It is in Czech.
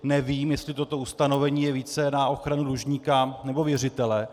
Nevím, jestli toto ustanovení je více na ochranu dlužníka, nebo věřitele.